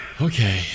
Okay